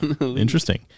interesting